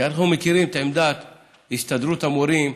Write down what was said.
כי אנחנו מכירים את עמדת הסתדרות המורים,